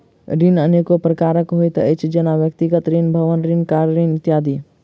ऋण अनेको प्रकारक होइत अछि, जेना व्यक्तिगत ऋण, भवन ऋण, कार ऋण इत्यादि